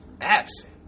absent